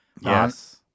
Yes